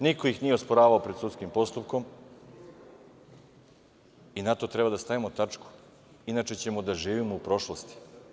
Niko ih nije osporavao pred sudskim postupkom i na to treba da stavimo tačku, inače ćemo da živimo u prošlosti.